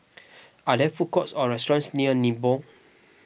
are there food courts or restaurants near Nibong